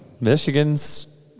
Michigan's